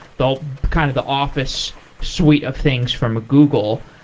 the kind of the office suite of things from google.